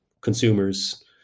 consumers